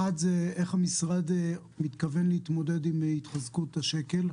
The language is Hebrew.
אחת, איך המשרד מתכוון להתמודד עם התחזקות השקל,